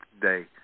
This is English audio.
day